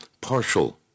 partial